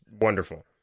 wonderful